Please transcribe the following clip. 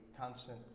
constant